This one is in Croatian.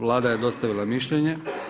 Vlada je dostavila mišljenje.